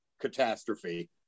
catastrophe